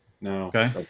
No